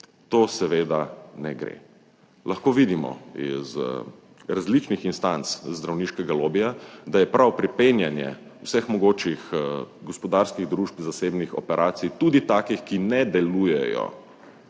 To seveda ne gre. Lahko vidimo iz različnih instanc zdravniškega lobija, da je prav pripenjanje vseh mogočih gospodarskih družb, zasebnih operacij, tudi takih, ki ne delujejo